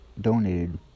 donated